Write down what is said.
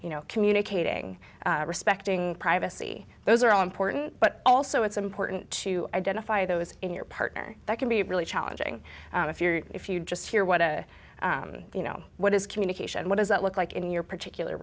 you know communicating respecting privacy those are all important but also it's important to identify those in your partner that can be really challenging if you're if you just hear what you know what is communication what does that look like in your particular